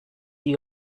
dit